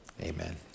amen